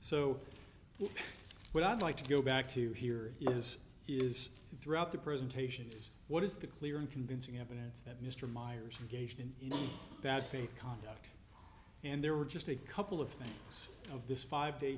so what i'd like to go back to here is throughout the presentation what is the clear and convincing evidence that mr meyers gauged in that faith conduct and there were just a couple of things of this five day